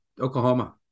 oklahoma